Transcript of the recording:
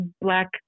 black